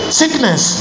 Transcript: sickness